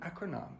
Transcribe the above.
acronym